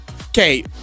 Okay